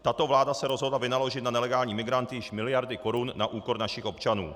Tato vláda se rozhodla vynaložit na nelegální migranty již miliardy korun na úkor našich občanů.